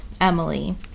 Emily